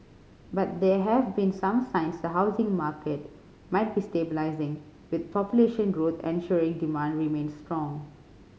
but there have been some signs the housing market might be stabilising with population growth ensuring demand remains strong